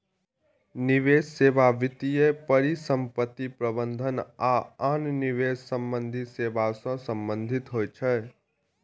निवेश सेवा वित्तीय परिसंपत्ति प्रबंधन आ आन निवेश संबंधी सेवा सं संबंधित होइ छै